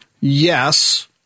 Yes